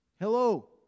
Hello